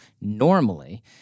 normally